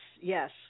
yes